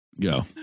go